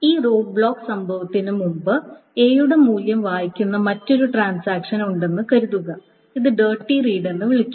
ഈ റോൾബാക്ക് സംഭവിക്കുന്നതിന് മുമ്പ് എ യുടെ മൂല്യം വായിക്കുന്ന മറ്റൊരു ട്രാൻസാക്ഷൻ ഉണ്ടെന്ന് കരുതുക അത് ഡേർട്ടി റീഡ് എന്ന് വിളിക്കുന്നു